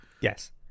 yes